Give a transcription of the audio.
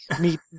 meet